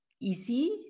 easy